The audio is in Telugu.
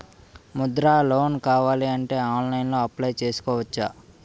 ముద్రా లోన్ కావాలి అంటే ఆన్లైన్లో అప్లయ్ చేసుకోవచ్చా?